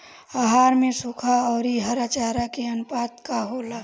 आहार में सुखा औरी हरा चारा के आनुपात का होला?